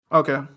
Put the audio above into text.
okay